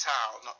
Town